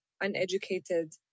uneducated